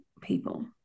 people